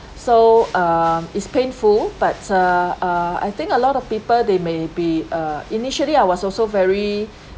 so um it's painful but uh uh I think a lot of people they may be uh initially I was also very